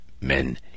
men